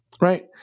right